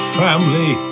family